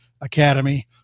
Academy